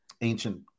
ancient